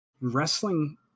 Wrestling